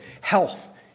Health